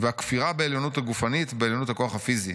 ו'הכפירה בעליונות גופנית, בעליונות הכוח הפיזי'.